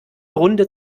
runde